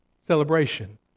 celebration